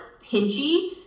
pinchy